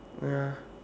ya